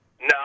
no